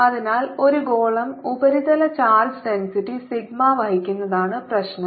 അതിനാൽ ഒരു ഗോളം ഉപരിതല ചാർജ് ഡെൻസിറ്റി സിഗ്മ വഹിക്കുന്നതാണ് പ്രശ്നം